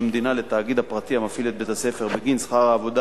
המדינה לתאגיד הפרטי המפעיל את בית-הספר בגין שכר העבודה